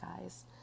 guys